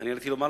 אני עליתי לומר,